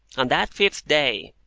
on that fifth day,